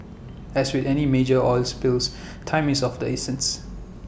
as with any major oil spills time is of the essence